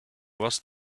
was